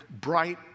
bright